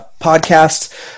podcasts